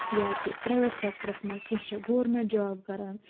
یا تہِ private sectors منٛز کیٚنٛہہ چھِ گورمٮ۪نٛٹ جاب کَران